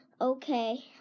okay